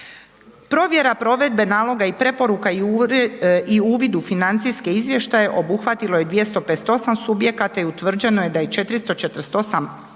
Provedba provjere naloga i preporuka i uvid u financijske izvještaje obuhvatilo je 258 subjekata i utvrđeno je da je 448 preporuka